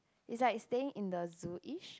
is like staying in the zoo ish